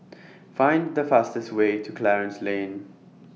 Find The fastest Way to Clarence Lane